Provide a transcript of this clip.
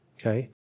Okay